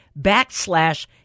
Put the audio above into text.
backslash